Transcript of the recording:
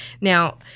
Now